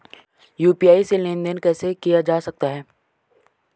UPI से लेनदेन कैसे किया जा सकता है?